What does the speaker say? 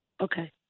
Okay